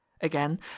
again